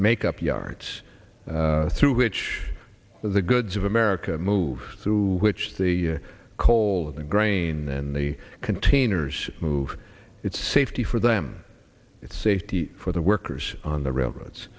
make up yards through which the goods of america move through which the coal and grain and the containers move its safety for them its safety for the workers on the railroads